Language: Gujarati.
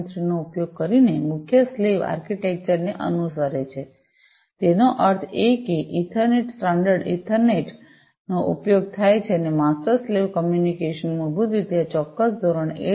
3 નો ઉપયોગ કરીને મુખ્ય સ્લેવ આર્કિટેક્ચરને અનુસરે છે તેનો અર્થ એ કે ઇથરનેટ સ્ટાન્ડર્ડ ઇથરનેટ નો ઉપયોગ થાય છે અને માસ્ટર સ્લેવ કમ્યુનિકેશન મૂળભૂત રીતે આ ચોક્કસ ધોરણ 802